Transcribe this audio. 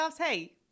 hey